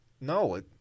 No